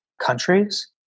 countries